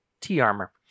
T-armor